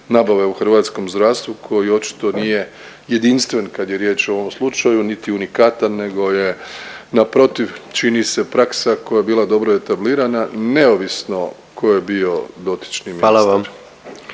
nabave u hrvatskom zdravstvu koji očito nije jedinstven kad je riječ o ovom slučaju, niti unikatan nego je naprotiv čini se praksa koja je bila dobro etablirana, neovisno tko je bio dotični ministar.